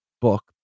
book